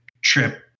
trip